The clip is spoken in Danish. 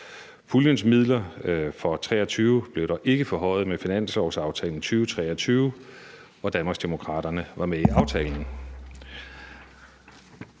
Puljens midler for 2023 blev dog ikke forhøjet med finanslovsaftalen 2023, hvor Danmarksdemokraterne var med i aftalen.